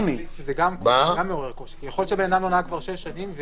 זה גם מעורר קושי כי יכול להיות שבן אדם לא נהג כבר שש שנים,